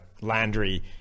Landry